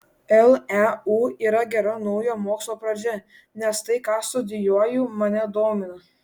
leu yra gera naujo mokslo pradžia nes tai ką studijuoju mane domina